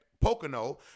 Pocono